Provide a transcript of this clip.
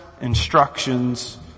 instructions